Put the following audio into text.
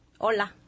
Hola